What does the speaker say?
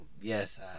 yes